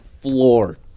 floored